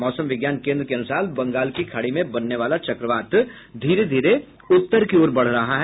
मौसम विज्ञान केन्द्र के अनुसार बंगाल की खाड़ी में बनने वाला चक्रवात धीरे धीरे उत्तर की ओर आगे बढ़ रहा है